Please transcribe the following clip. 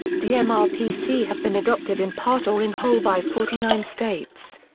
the mrpc have been adopted in part or in whole by forty nine states.